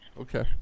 Okay